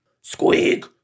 Squeak